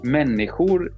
människor